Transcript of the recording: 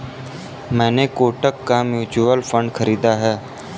मैंने कोटक का mutual fund खरीदा है